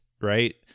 right